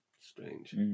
strange